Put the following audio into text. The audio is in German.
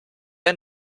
ein